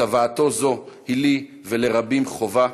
וצוואתו זו היא לי, ולרבים, חובה